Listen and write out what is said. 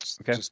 Okay